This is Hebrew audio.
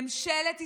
ממשלת ישראל,